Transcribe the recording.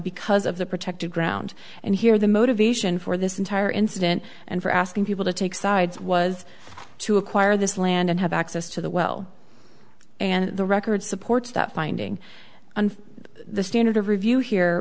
because of the protective ground and here the motivation for this entire incident and for asking people to take sides was to acquire this land and have access to the well and the record supports that finding and the standard of review here